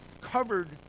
covered